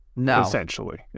essentially